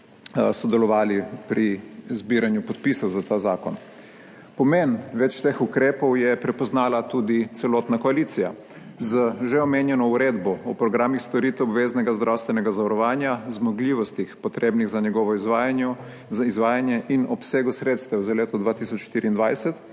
sodelovali pri zbiranju podpisov za ta zakon. Pomen več teh ukrepov je prepoznala tudi celotna koalicija z že omenjeno Uredbo o programih storitev obveznega zdravstvenega zavarovanja, zmogljivostih, potrebnih za njegovo izvajanje, in obsegu sredstev za leto 2024,